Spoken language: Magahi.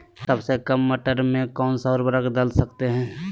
सबसे काम मटर में कौन सा ऊर्वरक दल सकते हैं?